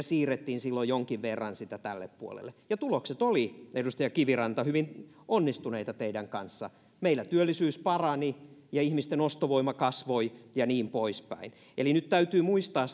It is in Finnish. siirrettiin silloin jonkin verran sitä tälle puolelle ja tulokset olivat edustaja kiviranta hyvin onnistuneita teidän kanssanne meillä työllisyys parani ja ihmisten ostovoima kasvoi ja niin poispäin eli nyt täytyy muistaa